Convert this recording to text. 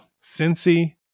Cincy